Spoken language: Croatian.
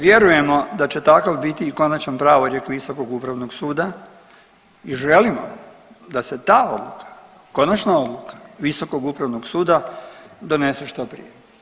Vjerujemo da će takav biti i konačan pravorijek visokog upravnog suda i želimo da se ta odluka, konačna odluka visokog upravnog suda donese što prije.